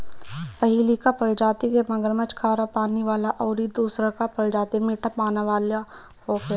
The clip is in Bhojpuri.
पहिलका प्रजाति के मगरमच्छ खारा पानी वाला अउरी दुसरका प्रजाति मीठा पानी वाला होखेला